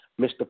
Mr